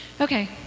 Okay